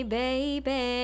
baby